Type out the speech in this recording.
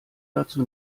dazu